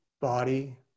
body